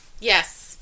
yes